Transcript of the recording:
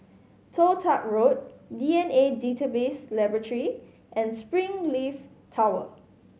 Toh Tuck Road D N A Database Laboratory and Springleaf Tower